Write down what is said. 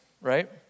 right